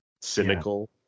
cynical